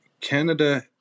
canada